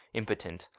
impotent,